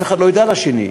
ואף אחד לא יודע על השני.